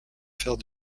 faire